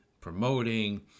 promoting